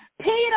Peter